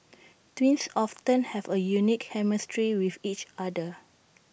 twins often have A unique chemistry with each other